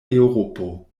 eŭropo